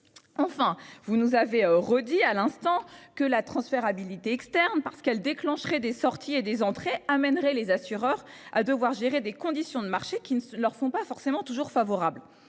Enfin, vous nous avez redit à l'instant que la transférabilité externe parce qu'elle déclencherait des sorties et des entrées amènerait les assureurs à devoir gérer des conditions de marché qui ne leur font pas forcément toujours favorable.